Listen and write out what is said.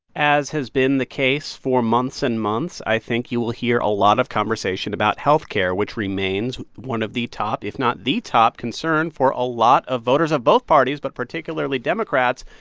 as has been the case for months and months, i think you will hear a lot of conversation about health care, which remains one of the top if not the top concern for a lot of voters of both parties but particularly democrats.